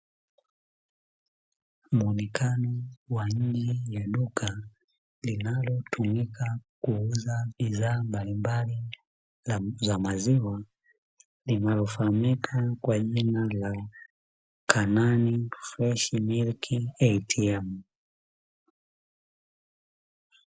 Muonekano wa nje ya duka linalotumika kuuza bidhaa mbalimbali za maziwa linalofahamika kwa jina la Kanani freshi "milking atm".